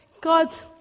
God's